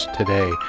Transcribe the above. today